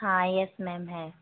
हाँ yes ma'am है